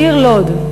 העיר לוד,